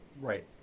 Right